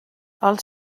els